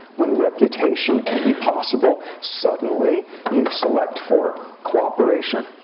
when reputation can be possible, suddenly you select for cooperation.